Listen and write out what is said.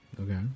okay